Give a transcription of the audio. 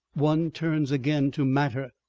one turns again to matter.